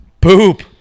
Poop